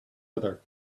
other